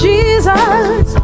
Jesus